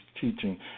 teaching